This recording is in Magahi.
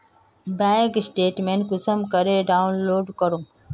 बैंक स्टेटमेंट कुंसम करे डाउनलोड करूम?